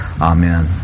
Amen